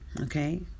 okay